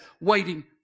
waiting